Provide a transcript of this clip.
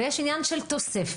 ויש עניין של תוספת.